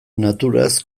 naturaz